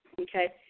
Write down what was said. okay